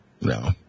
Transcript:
No